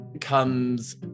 comes